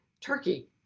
turkey